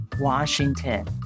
washington